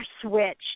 switch